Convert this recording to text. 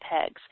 pegs